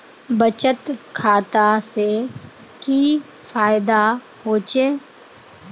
बचत खाता से की फायदा होचे?